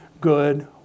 good